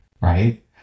right